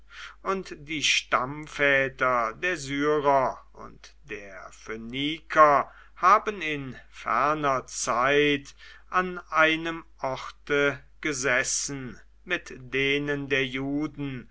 und die stammväter der syrer und der phöniker haben in ferner zeit an einem orte gesessen mit denen der juden